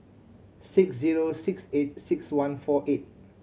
six zero six eight six one four eight